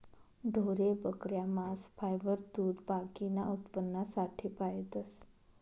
ढोरे, बकऱ्या, मांस, फायबर, दूध बाकीना उत्पन्नासाठे पायतस